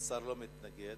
מתנגד.